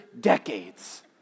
decades